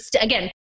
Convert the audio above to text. Again